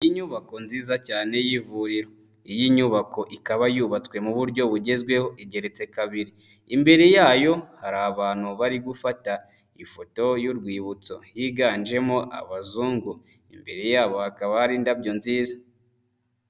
Inyubako nziza cyane y'ivuriro. Iyi nyubako ikaba yubatswe mu buryo bugezweho igeretse kabiri. Imbere yayo hari abantu bari gufata ifoto y'urwibutso, higanjemo abazungu, imbere yabo hakaba hari indabyo nziza.